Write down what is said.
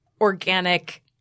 organic